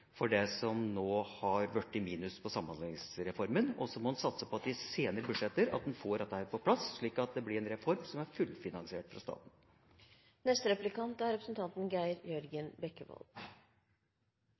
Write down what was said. penger som de nå kan bruke for å kompensere for det som har blitt minus på Samhandlingsreformen. Så må man satse på at man får dette på plass i senere budsjetter, slik at det blir en reform som er fullfinansiert fra staten. SV har som ønske at kommunene skal kunne tilby tjenester som er